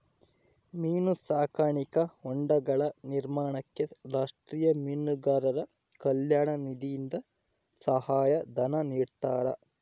ಮೀನು ಸಾಕಾಣಿಕಾ ಹೊಂಡಗಳ ನಿರ್ಮಾಣಕ್ಕೆ ರಾಷ್ಟೀಯ ಮೀನುಗಾರರ ಕಲ್ಯಾಣ ನಿಧಿಯಿಂದ ಸಹಾಯ ಧನ ನಿಡ್ತಾರಾ?